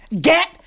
get